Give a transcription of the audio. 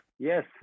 Yes